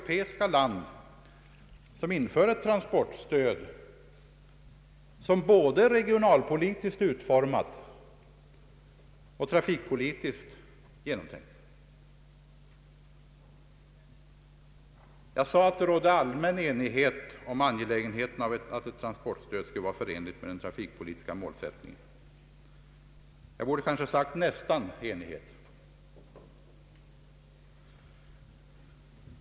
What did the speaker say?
regionalpolitiken peiska — land som inför ett transportstöd vilket är både regionalpolitiskt utformat och trafikpolitiskt genomtänkt. Jag sade att det rådde allmän enighet om angelägenheten av att ett transportstöd är förenligt med den trafikpolitiska målsättningen. Jag borde kanske ha sagt ”nästan enighet”.